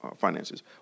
finances